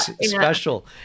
special